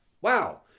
Wow